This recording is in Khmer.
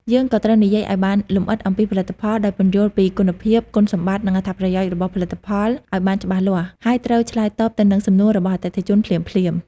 យើងក៏ត្រូវនិយាយឲ្យបានលម្អិតអំពីផលិតផល ដោយពន្យល់ពីគុណភាព គុណសម្បត្តិ និងអត្ថប្រយោជន៍របស់ផលិតផលឲ្យបានច្បាស់លាស់ ហើយត្រូវឆ្លើយតបទៅនឹងសំណួររបស់អតិថិជនភ្លាមៗ។